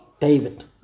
David